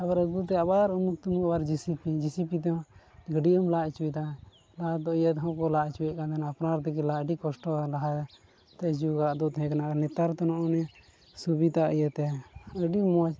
ᱟᱵᱟᱨ ᱟᱹᱜᱩᱛᱮ ᱟᱵᱟᱨ ᱩᱢᱩᱠ ᱛᱩᱢᱩᱠ ᱟᱵᱟᱨ ᱡᱮᱥᱤᱯᱤ ᱡᱮᱥᱤᱯᱤ ᱛᱮᱦᱚᱸ ᱜᱟᱹᱰᱭᱟᱹᱢ ᱞᱟ ᱦᱚᱪᱚᱭᱫᱟ ᱞᱟᱦᱟ ᱛᱮᱫᱚ ᱤᱭᱟᱹ ᱛᱮᱦᱚᱸᱠᱚ ᱞᱟ ᱦᱚᱪᱚᱭᱮᱫ ᱛᱟᱦᱮᱱᱟ ᱟᱯᱱᱟᱨ ᱛᱮᱜᱮ ᱞᱟ ᱟᱹᱰᱤ ᱠᱚᱥᱴᱚᱣᱟ ᱞᱟᱦᱟᱛᱮ ᱡᱩᱜᱟᱜ ᱫᱚ ᱛᱟᱦᱮᱸ ᱠᱟᱱᱟ ᱱᱮᱛᱟᱨ ᱫᱚ ᱱᱚᱜᱼᱚ ᱱᱤᱭᱟᱹ ᱥᱩᱵᱤᱫᱟ ᱤᱭᱟᱹᱛᱮ ᱟᱹᱰᱤ ᱢᱚᱡᱽ